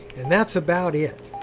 and that's about it.